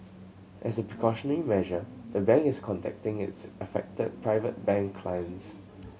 as a precautionary measure the bank is contacting its affected Private Bank clients